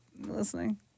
listening